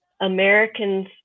Americans